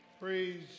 Praise